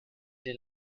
den